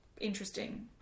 Interesting